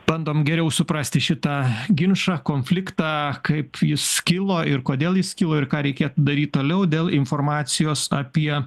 bandom geriau suprasti šitą ginčą konfliktą kaip jis kilo ir kodėl jis kilo ir ką reikėtų daryti toliau dėl informacijos apie